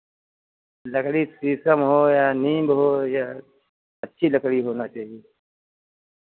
लकड़ी शीशम हो या नीम हो या अच्छी लकड़ी होना चाहिए